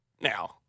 Now